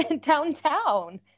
downtown